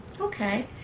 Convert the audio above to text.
Okay